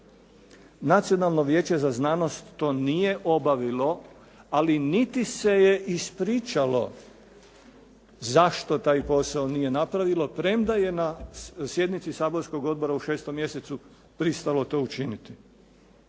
Nacionalno vijeće za znanost to nije obavilo, ali niti se je ispričalo zašto taj posao nije napravilo, premda je na sjednici saborskog odbora u 6. mjesecu pristalo to učiniti.